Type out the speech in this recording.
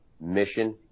mission